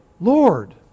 lord